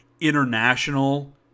international